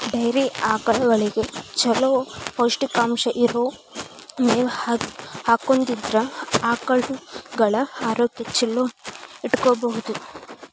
dairy ಆಕಳಗಳಿಗೆ ಚೊಲೋ ಪೌಷ್ಟಿಕಾಂಶ ಇರೋ ಮೇವ್ ಹಾಕೋದ್ರಿಂದ ಆಕಳುಗಳ ಆರೋಗ್ಯ ಚೊಲೋ ಇಟ್ಕೋಬಹುದು